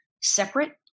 separate